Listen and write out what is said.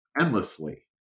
endlessly